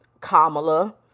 Kamala